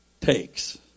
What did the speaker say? takes